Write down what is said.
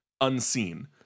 unseen